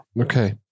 Okay